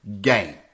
game